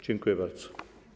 Dziękuję bardzo.